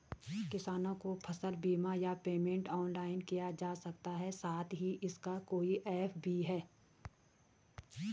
किसानों को फसल बीमा या पेमेंट ऑनलाइन किया जा सकता है साथ ही इसका कोई ऐप भी है?